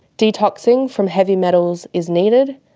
detoxing from heavy metals is needed,